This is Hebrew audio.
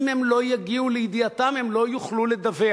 אם הם לא יגיעו לידיעתם הם לא יוכלו לדווח.